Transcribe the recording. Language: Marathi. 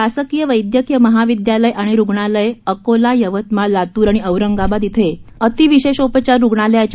शासकीय वैदयकीय महाविदयालय व रुग्णालय अकोला यवतमाळ लातूर व औरंगाबाद येथे अतिविशेषोपचार रुग्णालयाच्या